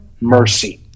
Mercy